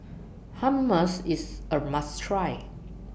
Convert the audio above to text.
Hummus IS A must Try